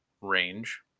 range